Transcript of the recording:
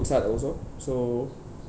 hard also so